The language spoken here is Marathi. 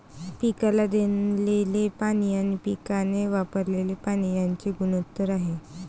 पिकाला दिलेले पाणी आणि पिकाने वापरलेले पाणी यांचे गुणोत्तर आहे